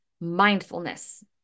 mindfulness